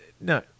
No